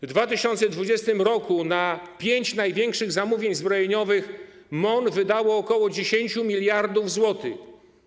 W 2020 r. na pięć największych zamówień zbrojeniowych MON wydało ok. 10 mld zł.